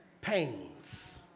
pains